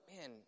man